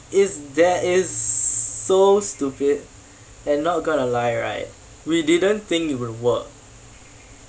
it's that is so stupid and not gonna lie right we didn't think it would work